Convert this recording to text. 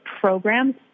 programs